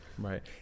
Right